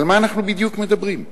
על מה אנחנו בדיוק מדברים?